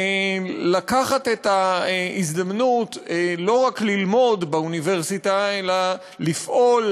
לקחת את ההזדמנות ולא רק ללמוד באוניברסיטה אלא לפעול,